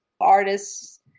artists